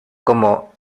como